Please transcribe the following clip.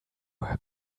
work